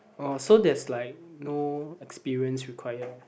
oh so there's like no experience require ah